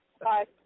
Bye